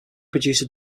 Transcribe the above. producer